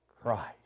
Christ